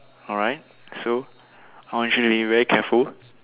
alright so I want you to be very careful